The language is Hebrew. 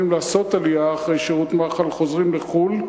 לעשות עלייה אחרי שירות מח"ל חוזרים לחו"ל,